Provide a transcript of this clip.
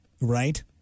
Right